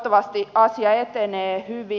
toivottavasti asia etenee hyvin